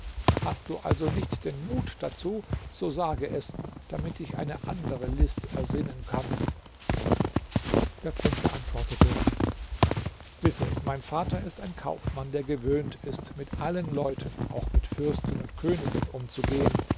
hast du also nicht den mut dazu so sage es damit ich eine andere list ersinnen kann der prinz antwortete wisse mein vater ist ein kaufmann der gewöhnt ist mit allen leuten auch mit fürsten und königen umzugehen